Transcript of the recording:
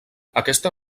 aquesta